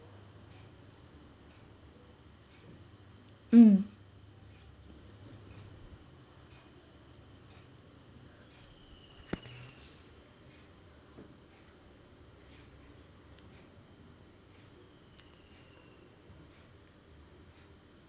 mm